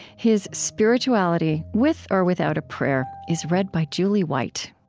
his spirituality, with or without a prayer, is read by julie white